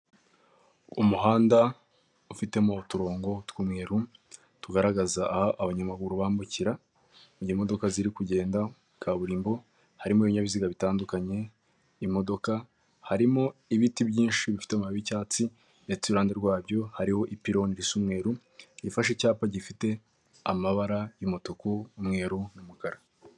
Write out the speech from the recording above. Umuhanda ufitemo uturongo tw'umweru tugaragaza aho abanyamaguru bambukira ni imodoka ziri kugenda kaburimbo, harimo ibinyabiziga bitandukanye imodoka, harimo ibiti byinshi bifite amaba y'icyatsi ndetse iruhande rwabyo hariho ipironi risa umweru ifashe icyapa gifite amabara y'umutuku, umweru n'umukara.